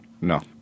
No